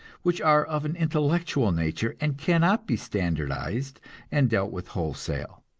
which are of an intellectual nature, and cannot be standardized and dealt with wholesale.